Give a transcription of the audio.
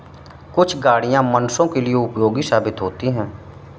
कुछ गाड़ियां मनुष्यों के लिए उपयोगी साबित होती हैं